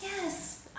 Yes